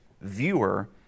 viewer